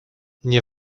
nie